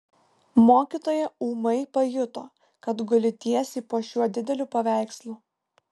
mokytoja ūmai pajuto kad guli tiesiai po šiuo dideliu paveikslu